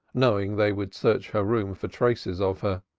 knowing they would search her room for traces of her.